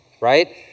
right